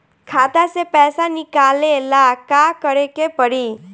खाता से पैसा निकाले ला का करे के पड़ी?